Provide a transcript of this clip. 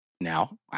now